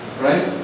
right